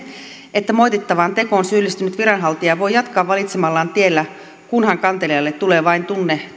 että moitittavaan tekoon syyllistynyt viranhaltija voi jatkaa valitsemallaan tiellä kunhan kantelijalle tulee vain tunne